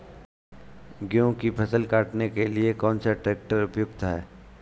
गेहूँ की फसल काटने के लिए कौन सा ट्रैक्टर उपयुक्त है?